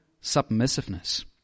submissiveness